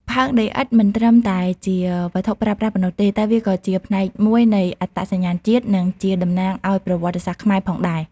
ផើងដីឥដ្ឋមិនត្រឹមតែជាវត្ថុប្រើប្រាស់ប៉ុណ្ណោះទេ តែវាក៏ជាផ្នែកមួយនៃ អត្តសញ្ញាណជាតិ និងជា តំណាងឱ្យប្រវត្តិសាស្ត្រខ្មែរ ផងដែរ។